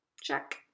Check